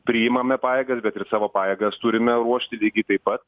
priimame pajėgas bet ir savo pajėgas turime ruošti lygiai taip pat